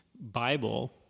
bible